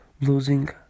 losing